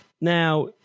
now